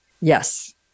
Yes